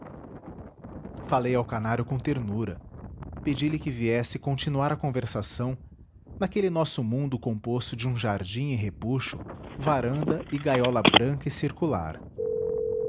falei ao canário com ternura pedi-lhe que viesse continuar a conversação naquele nosso mundo composto de um jardim e repuxo varanda e gaiola branca e circular